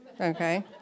Okay